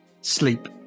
sleep